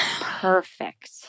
perfect